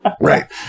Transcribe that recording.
Right